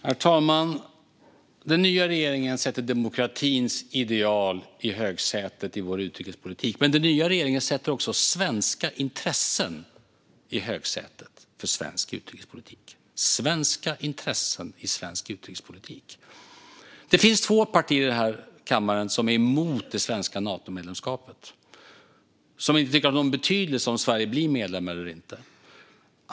Herr talman! Den nya regeringen sätter demokratins ideal i högsätet i utrikespolitiken, men den nya regeringen sätter också svenska intressen i högsätet i svensk utrikespolitik. Det är svenska intressen i svensk utrikespolitik. Det finns två partier i den här kammaren som är emot det svenska Natomedlemskapet och inte tycker att det har någon betydelse om Sverige blir medlem eller inte.